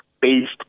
based